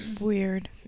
weird